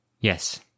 Yes